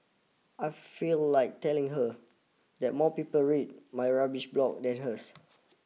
I feel like telling her that more people read my rubbish blog than hers